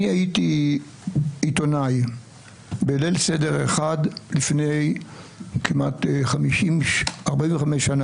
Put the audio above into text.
הייתי עיתונאי בליל סדר אחד לפני 45 שנה,